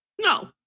no